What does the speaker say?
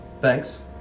Thanks